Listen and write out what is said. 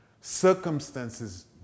Circumstances